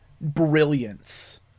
brilliance